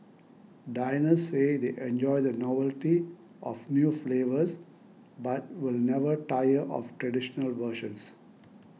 diners say they enjoy the novelty of new flavours but will never tire of traditional versions